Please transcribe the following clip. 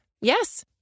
Yes